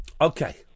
okay